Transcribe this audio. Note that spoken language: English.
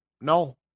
No